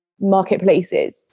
marketplaces